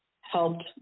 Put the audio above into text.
helped